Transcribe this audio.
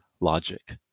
logic